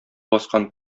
баскан